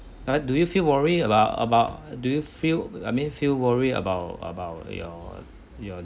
like do you feel worried about about do you feel I mean feel worry about about your